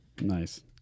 Nice